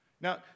Now